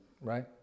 right